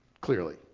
clearly